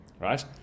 Right